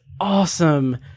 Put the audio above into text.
awesome